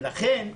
ולכן,